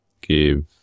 give